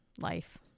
life